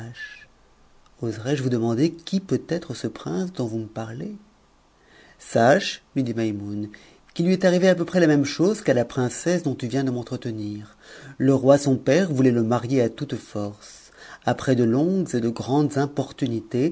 oserais-je vous demander qui peut être ce prince dont vous me parlez sache lui dit maimoune qu'il lui est arrive à peu près a même chose qu'a la princesse dom tu viens de m'entretenir le roi son père voulait le marier à toute force après de longues et de grandes importunités